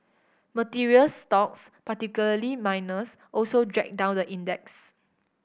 materials stocks particularly miners also dragged down the index